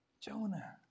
Jonah